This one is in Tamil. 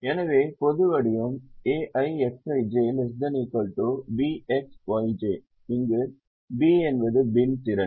எனவே பொது வடிவம் aiXij ≤ BxYj இங்கு B என்பது பின் திறன்